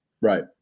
Right